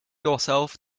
yourself